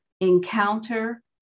encounter